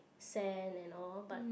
sand and all but